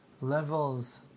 levels